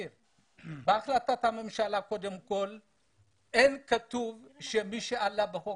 בהחלטת הממשלה לא כתוב שמי שעלה לפי חוק